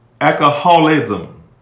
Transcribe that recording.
Alcoholism